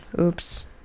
oops